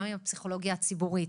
גם עם הפסיכולוגיה הציבורית.